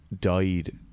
died